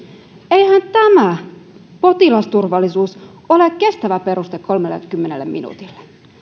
eihän potilasturvallisuus ole kestävä peruste kolmellekymmenelle minuutille vaan